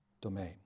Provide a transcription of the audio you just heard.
domain